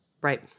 Right